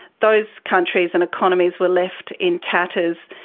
those countries and economies were left in tatters.